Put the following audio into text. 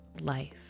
life